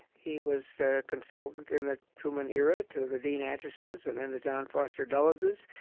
he was a consultant in the truman era to the dean achesons and then the john foster dulleses.